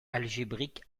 algébrique